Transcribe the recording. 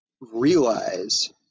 realize